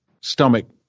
stomach